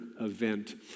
event